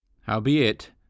Howbeit